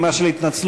בנימה של התנצלות,